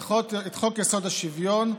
את חוק-יסוד: השוויון,